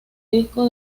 disco